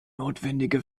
notwendige